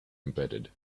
embedded